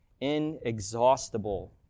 inexhaustible